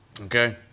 Okay